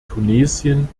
tunesien